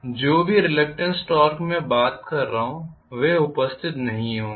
जो भी reluctance torque मैं बात कर रहा हूं वे उपस्थित नहीं होंगे